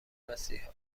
مسیحا